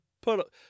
put